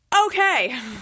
Okay